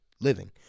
living